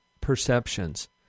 perceptions